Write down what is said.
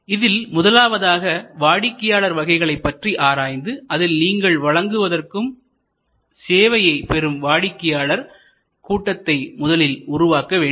இதில் முதலாவதாக வாடிக்கையாளர் வகைகளை பற்றி ஆராய்ந்துஅதில் நீங்கள் வழங்குவதற்கும் சேவையை பெறும் வாடிக்கையாளர் கூட்டத்தை முதலில் உருவாக்க வேண்டும்